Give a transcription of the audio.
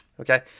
okay